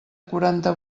quaranta